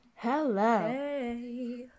Hello